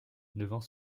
devant